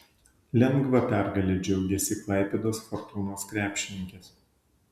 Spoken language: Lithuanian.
lengva pergale džiaugėsi klaipėdos fortūnos krepšininkės